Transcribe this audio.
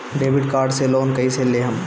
Debit card से loan कईसे लेहम?